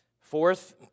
Fourth